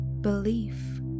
belief